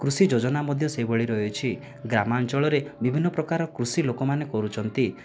କୃଷି ଯୋଜନା ମଧ୍ୟ ସେହି ଭଳି ରହିଅଛି ଗ୍ରାମାଞ୍ଚଳରେ ବିଭିନ୍ନ ପ୍ରକାର କୃଷି ଲୋକ ମାନେ କରୁଛନ୍ତି